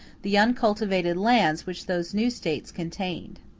the uncultivated lands which those new states contained.